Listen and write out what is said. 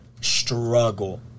struggle